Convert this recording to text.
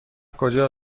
کجا